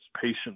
patient